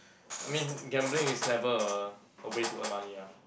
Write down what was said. I mean gambling is never a a way to earn money lah